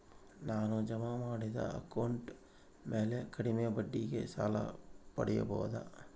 ನಾನು ಜಮಾ ಮಾಡಿದ ಅಕೌಂಟ್ ಮ್ಯಾಲೆ ಕಡಿಮೆ ಬಡ್ಡಿಗೆ ಸಾಲ ಪಡೇಬೋದಾ?